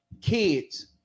kids